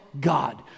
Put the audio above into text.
God